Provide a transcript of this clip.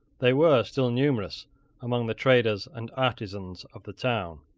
they were still numerous among the traders and artisans of the towns,